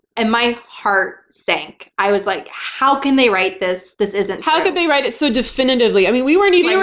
and my heart sank. i was like, how can they write this? this isn't true. how can they write it so definitively? i mean we weren't even.